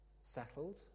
settled